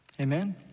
Amen